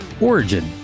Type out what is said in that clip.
Origin